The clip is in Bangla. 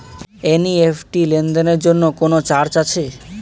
এন.ই.এফ.টি লেনদেনের জন্য কোন চার্জ আছে?